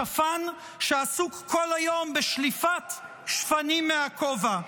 שפן שעסוק כל היום בשליפת שפנים מהכובע.